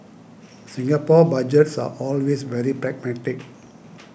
Singapore Budgets are always very pragmatic